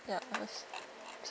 ya I guess